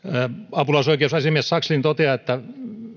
apulaisoikeusasiamies sakslin toteaa että